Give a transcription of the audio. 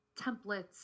templates